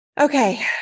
okay